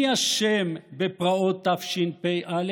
מי אשם בפרעות תשפ"א?